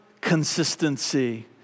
consistency